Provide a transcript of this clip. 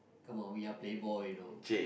come on we are playboy you know